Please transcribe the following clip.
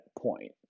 point